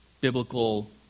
biblical